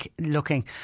looking